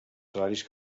salaris